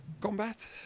Combat